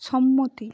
সম্মতি